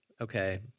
okay